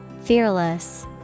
fearless